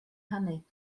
canu